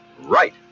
Right